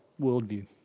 worldview